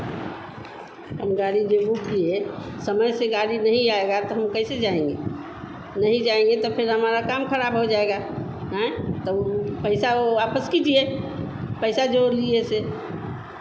हम गाड़ी जो बुक किए समय से गाड़ी नहीं आएगा तो हम कैसे जाएंगे नहीं जाएंगे तो फिर हमारा काम खराब हो जाएगा आँय तो वो पैसा वो वापस कीजिए पैसा जो लिए से